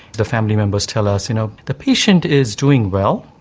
the family members tell us, you know, the patient is doing well,